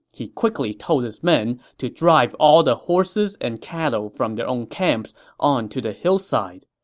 he quickly told his men to drive all the horses and cattle from their own camps onto the hillside.